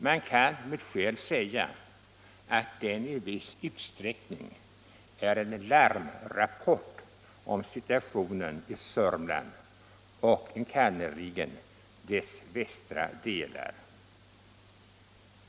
Man kan med skäl säga att den i viss utsträckning är en larmrapport om situationen i Södermanland och enkannerligen dess västra delar.